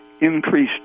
increased